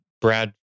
Brad